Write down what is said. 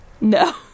No